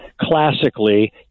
classically